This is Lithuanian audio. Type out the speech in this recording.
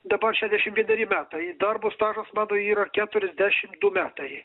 daba šešiasdešim vieneri metai darbo stažas mano yra keturiasdešim du metai